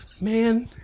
Man